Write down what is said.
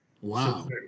Wow